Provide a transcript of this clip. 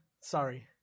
Sorry